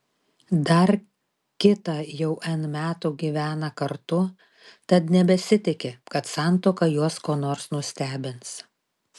dar kita jau n metų gyvena kartu tad nebesitiki kad santuoka juos kuo nors nustebins